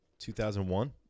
2001